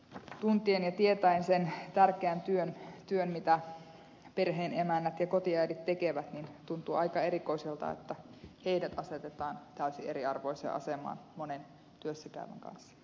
tuntien ja tietäen sen tärkeän työn mitä perheenemännät ja kotiäidit tekevät niin tuntuu aika erikoiselta että heidät asetetaan täysin eriarvoiseen asemaan monen työssä käyvän kanssa